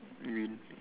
green